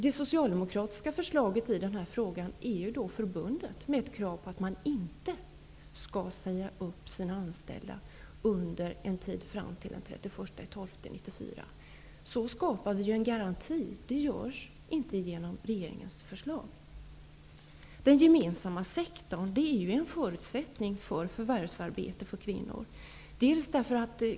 Det socialdemokratiska förslaget är ju förbundet med ett krav på att man inte skall säga upp sina anställda under tiden fram till den 31 december 1994. Därmed skapas det en garanti, vilket det inte görs genom regeringens förslag. Den gemensamma sektorn är ju en förutsättning för förvärvsarbete för kvinnor.